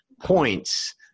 points